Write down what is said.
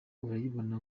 urayibona